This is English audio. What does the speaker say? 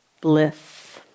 bliss